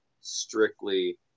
strictly